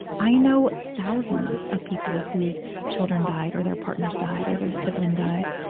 i know thousands of people whose children died or their partners died or their sibling died.